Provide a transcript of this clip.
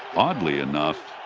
oddly enough,